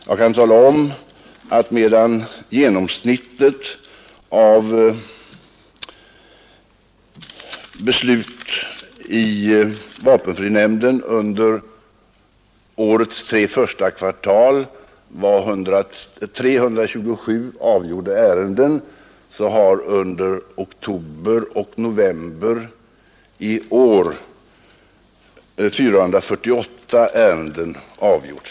Jag kan tala om att det genomsnittliga antalet avgjorda ärenden i vapenfrinämnden under årets tre första kvartal var 327 medan det under oktober och november månader i år avgjordes 448 ärenden.